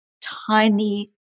tiny